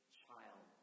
child